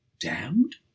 damned